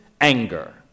anger